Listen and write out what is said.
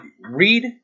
read